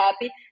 happy